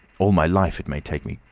all my life it may take me.